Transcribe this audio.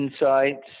insights